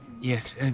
Yes